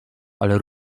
ale